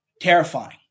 terrifying